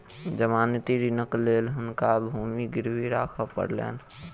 जमानती ऋणक लेल हुनका भूमि गिरवी राख पड़लैन